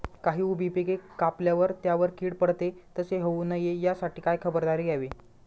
काही उभी पिके कापल्यावर त्यावर कीड पडते, तसे होऊ नये यासाठी काय खबरदारी घ्यावी?